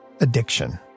addiction